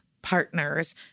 Partners